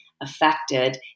affected